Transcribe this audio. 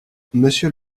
monsieur